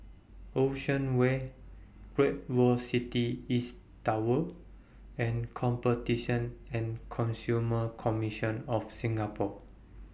Ocean Way Great World City East Tower and Competition and Consumer Commission of Singapore